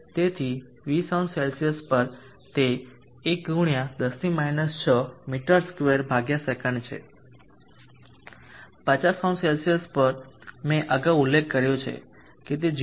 તેથી 20 ° સે પર તે 1 × 10 6 મી2 સેકંડ છે 50 ° સે પર મેં અગાઉ ઉલ્લેખ કર્યો છે કે તે 0